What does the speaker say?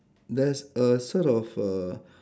there's a set of err